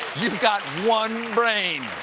you've got one brain.